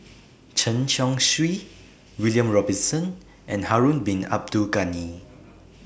Chen Chong Swee William Robinson and Harun Bin Abdul Ghani